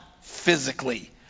physically